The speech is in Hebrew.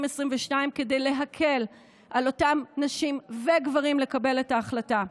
כדי להקל על אותם נשים וגברים לקבל את ההחלטה.